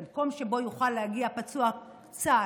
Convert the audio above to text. זה מקום שבו יוכל להגיע פצוע צה"ל,